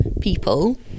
people